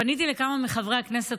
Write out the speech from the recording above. פניתי לכמה מחברי הכנסת,